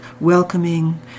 welcoming